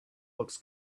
looks